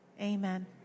Amen